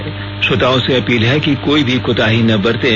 इसलिए सभी श्रोताओं से अपील है कि कोई भी कोताही ना बरतें